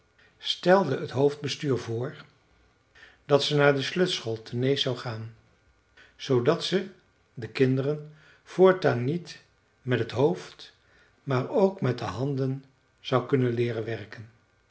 stelde het hoofdbestuur voor dat ze naar de slöjdschool te nääs zou gaan zoodat ze de kinderen voortaan niet met het hoofd maar ook met de handen zou kunnen leeren werken